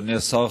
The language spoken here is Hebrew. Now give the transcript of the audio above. אדוני השר,